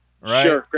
right